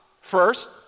First